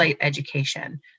Education